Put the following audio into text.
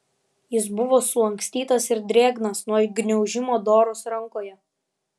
jis buvo sulankstytas ir drėgnas nuo gniaužimo doros rankoje